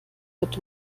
wird